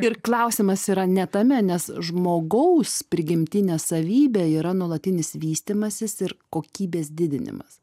ir klausimas yra ne tame nes žmogaus prigimtinė savybė yra nuolatinis vystymasis ir kokybės didinimas